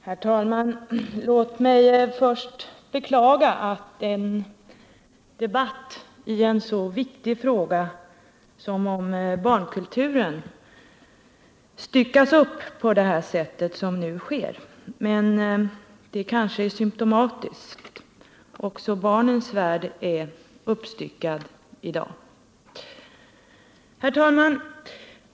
Herr talman! Låt mig först beklaga att en debatt i en så viktig fråga som den om barnkulturen styckas upp på det sätt som nu sker. Men det är kanske symtomatiskt — också barnens värld är uppstyckad i dag. Herr talman!